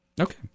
Okay